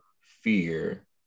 fear